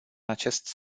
acest